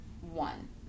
one